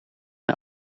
een